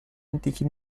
antichi